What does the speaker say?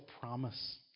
promise